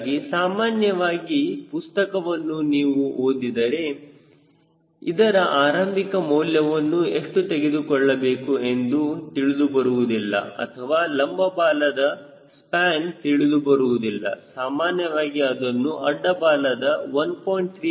ಹೀಗಾಗಿ ಸಾಮಾನ್ಯವಾಗಿ ಪುಸ್ತಕವನ್ನು ನೀವು ಓದಿದರೆ ಇದರ ಆರಂಭಿಕ ಮೌಲ್ಯವನ್ನು ಎಷ್ಟು ತೆಗೆದುಕೊಳ್ಳಬೇಕು ಎಂದು ತಿಳಿದು ಬರುವುದಿಲ್ಲ ಅಥವಾ ಲಂಬ ಬಾಲದ ಸ್ಪ್ಯಾನ್ ತಿಳಿದು ಬರುವುದಿಲ್ಲ ಸಾಮಾನ್ಯವಾಗಿ ಅದನ್ನು ಅಡ್ಡ ಬಾಲದ 1